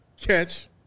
Catch